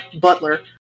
Butler